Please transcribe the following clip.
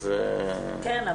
כן,